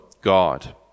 God